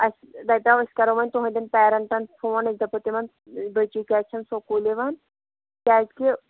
اَسہِ دَپیَاو أسۍ کَرو وۄنۍ تُہٕنٛدٮ۪ن پیرَنٹَن فون أسۍ دَپو تِمن بٔچی کیٛازِ چھَنہٕ سکوٗل یِوان کیٛازِکہِ